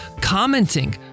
commenting